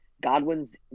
Godwin's